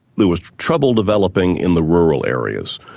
there was trouble developing in the rural areas.